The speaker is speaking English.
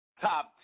top